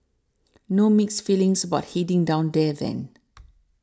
no mixed feelings about heading down there then